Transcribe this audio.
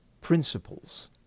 principles